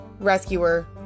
rescuer